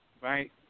right